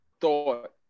thought